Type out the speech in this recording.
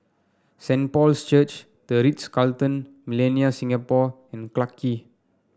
Saint Paul's Church The Ritz Carlton Millenia Singapore and Clarke Quay